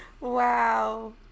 Wow